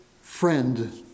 friend